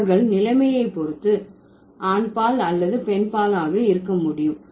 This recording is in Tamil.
அவர்கள் நிலைமையை பொறுத்து ஆண்பால் அல்லது பெண்பால் ஆக இருக்க முடியும்